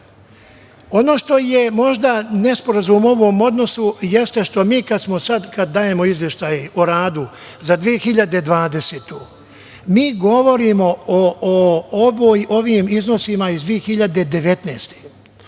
što je možda nesporazum u ovom odnosu jeste što mi sada kada dajemo Izveštaj o radu za 2020. godinu, mi govorimo o ovim iznosima iz 2019.